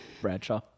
Bradshaw